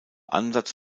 ansatz